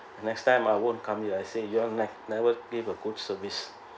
next time I won't come here I say you all ne~ never give a good service